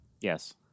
yes